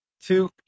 Two